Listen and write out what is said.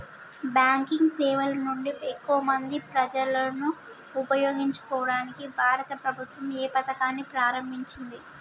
Banking సేవల నుండి ఎక్కువ మంది ప్రజలను ఉపయోగించుకోవడానికి భారత ప్రభుత్వం ఏ పథకాన్ని ప్రారంభించింది?